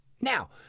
Now